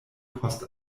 post